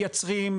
מייצרים,